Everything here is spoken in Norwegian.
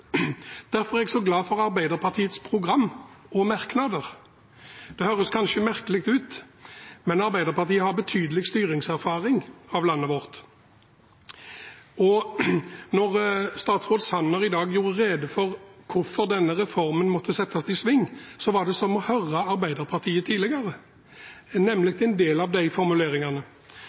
Derfor er jeg så glad for Arbeiderpartiets program og merknader. Det høres kanskje merkelig ut, men Arbeiderpartiet har betydelig styringserfaring med landet vårt. Når statsråd Sanner i dag gjorde rede for hvorfor denne reformen måtte settes i sving, var det som å høre Arbeiderpartiet tidligere